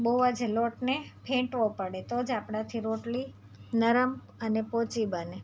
બહુજ લોટને ફેંટવો પડે તોજ આપણાથી રોટલી નરમ અને પોચી બને